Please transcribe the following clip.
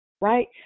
Right